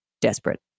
desperate